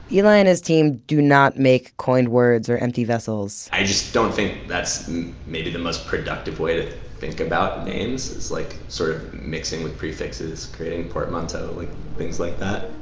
eli and his team do not make coined words or empty vessels i just don't think that's maybe the most productive way to think about names? it's like sort of mixing with prefixes, creating portmanteau and things like that.